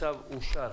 הצו אושר.